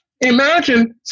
imagine